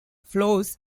flows